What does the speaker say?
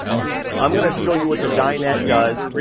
i'm gonna show you what the dinette does.